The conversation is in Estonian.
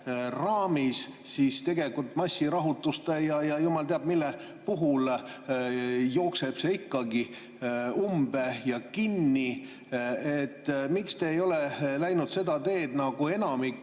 siis tegelikult massirahutuste ja jumal teab mille puhul jookseb see [süsteem] ikkagi umbe ja kinni? Miks te ei ole läinud seda teed nagu enamik